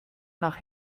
nach